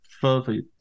further